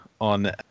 on